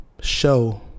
show